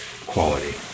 quality